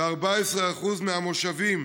ו-14% מהמושבים.